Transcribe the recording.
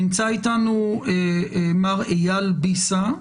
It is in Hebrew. נמצא איתנו מר אייל בסה,